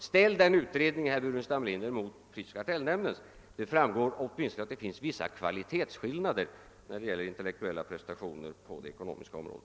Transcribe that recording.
Ställ denna utredning, herr Burenstam Linder, mot prisoch kartellnämndens utredning! Då framgår det åtminstone att det finns viss kvalitetsskillnad när det gäller intellektuella prestationer på det ekonomiska området.